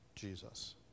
Jesus